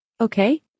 Okay